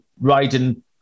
riding